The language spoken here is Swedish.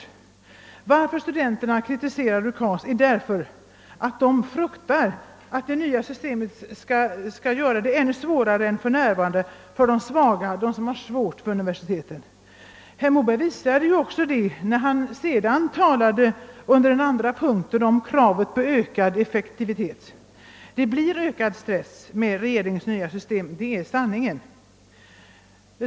Anledningen till att studenterna kritiserar UKAS är att de fruktar att det nya systemet skall göra det ännu svårare för de svaga än det för närvarande är. Att det finns fog för en sådan misstanke visade herr Moberg när han sedan talade om kravet på ökad effektivitet. Det blir ökad stress med regeringens nya system, det är sanningen.